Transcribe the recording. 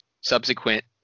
subsequent